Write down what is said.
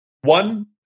one